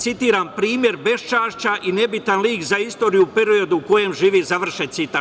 Citiram - primer beščašća i nebitan lik za istoriju u periodu u kojem živi, završen citat.